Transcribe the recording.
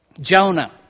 Jonah